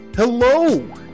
Hello